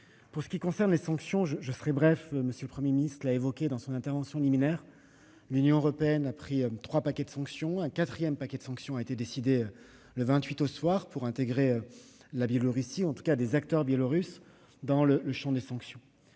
Pour ce qui concerne les sanctions, je serai bref. M. le Premier ministre l'a dit dans son intervention liminaire, l'Union européenne a pris trois paquets de sanctions. Un quatrième paquet a été décidé le 28 février au soir pour intégrer la Biélorussie, en tout cas des acteurs biélorusses, dans le champ des sanctions.